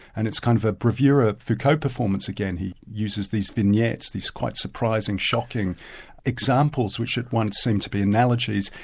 and it's kind of a bravura foucault performance again. he uses these vignettes, these quite surprising, shocking examples which at once seem to be analogies,